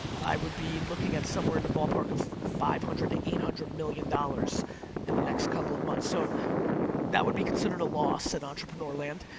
i would be looking at somewhere in the ballpark of five hundred to eight hundred million dollars in the next couple of months. so that would be considered a loss in and entrepreneur land.